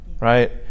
right